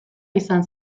izan